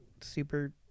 super